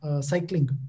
cycling